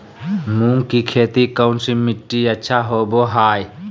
मूंग की खेती कौन सी मिट्टी अच्छा होबो हाय?